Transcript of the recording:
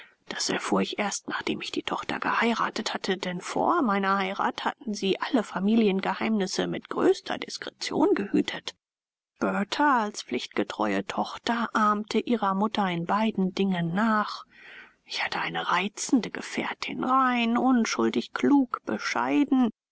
das erfuhr ich erst nachdem ich die tochter geheiratet hatte denn vor meiner heirat hatten sie alle familiengeheimnisse mit größter diskretion gehütet bertha als pflichtgetreue tochter ahmte ihrer mutter in beiden dingen nach ich hatte eine reizende gefährtin rein unschuldig klug bescheiden